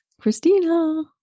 Christina